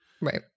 right